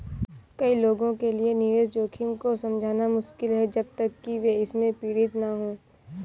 कई लोगों के लिए निवेश जोखिम को समझना मुश्किल है जब तक कि वे इससे पीड़ित न हों